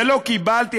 ולא קיבלתי,